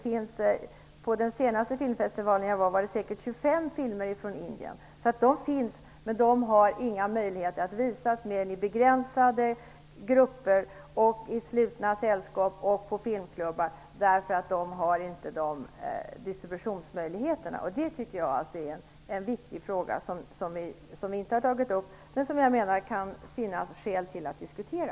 Vid den senaste filmfestivalen som jag besökte visades 25 filmer från Indien. Dessa filmer finns alltså, men det finns inga möjligheter att visa dem annat än i begränsade grupper, i slutna sällskap och på filmklubbar, därför att de inte går att distribuera. Det är en viktig fråga som vi inte har tagit upp, men som det kan finnas skäl att diskutera.